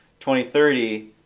2030